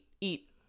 eat